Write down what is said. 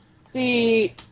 see